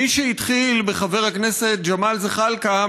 מי שהתחיל בחבר הכנסת ג'מאל זחאלקה,